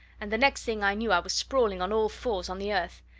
and the next thing i knew i was sprawling on all-fours on the earth,